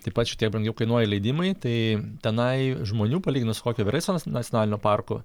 taip pat šiek tiek brangiau kainuoja leidimai tai tenai žmonių palyginus su kokiu everesto nacionalinio parku